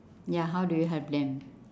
ya how do you help them